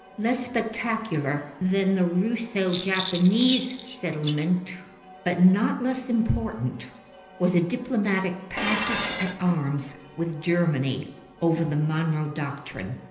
less spectacular than the russo-japanese settlement but not less important was a diplomatic passage-at-arms with germany over the monroe doctrine.